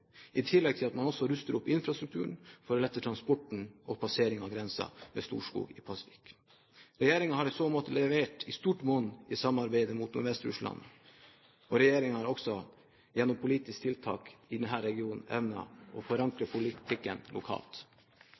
i tillegg til at man også ruster opp infrastrukturen for å lette transporten og passeringen av grensen ved Storskog i Pasvik. Regjeringen har i så måte levert i stort monn i samarbeidet med Nordvest-Russland, og regjeringen har også gjennom politiske tiltak i denne regionen evnet å forankre politikken